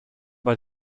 bei